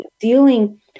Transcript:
Dealing